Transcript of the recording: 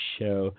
Show